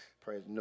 praise